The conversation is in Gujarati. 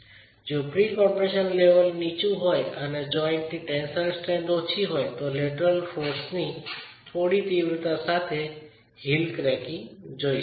જો પ્રી કમ્પ્રેશન લેવલ નીચું હોય અને જોઈન્ટ ની ટેન્સાઇલ સ્ટ્રેન્થ ઓછી હોય તો લેટરલ બળની થોડી તીવ્રતા સાથે હીલ ક્રેકીંગ જોઈ શકાય છે